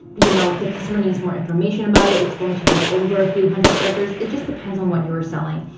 you know the customer needs more information about it, it's going to be over a few hundred characters. it just depends on what you are selling.